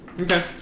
Okay